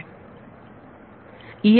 विद्यार्थी Refer Time 2204